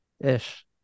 ish